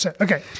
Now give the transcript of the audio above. okay